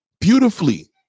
beautifully